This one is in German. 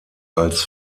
als